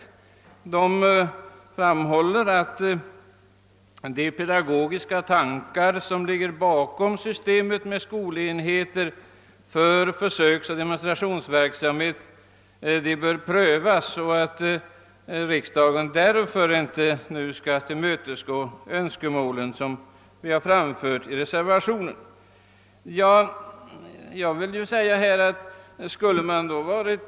I utskottsutlåtandet framhålles att de pedagogiska tankar som ligger bakom systemet med skolenheter för försöksoch demonstrationsverksamhet bör prövas och att riksdagen därför inte nu bör tillmötesgå de i reservationen framförda önskemålen.